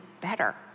better